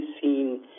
seen